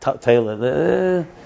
Taylor